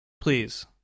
please